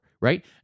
right